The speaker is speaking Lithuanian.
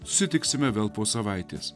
susitiksime vėl po savaitės